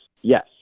yes